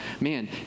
man